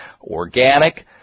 organic